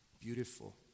beautiful